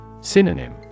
Synonym